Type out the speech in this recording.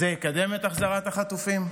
זה יקדם את החזרת החטופים?